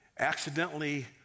accidentally